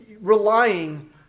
relying